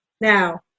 Now